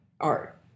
art